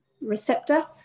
receptor